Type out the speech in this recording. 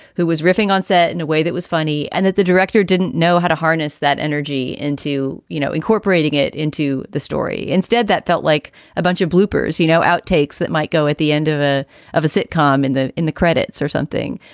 who was riffing on set in a way that was funny and that the director didn't know how to harness that energy into, you know, incorporating it into the story instead. that felt like a bunch of bloopers, you know, outtakes that might go at the end of a of a sitcom and then in the credits or something.